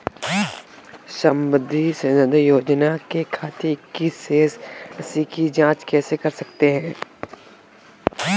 सुकन्या समृद्धि योजना के खाते की शेष राशि की जाँच कैसे कर सकते हैं?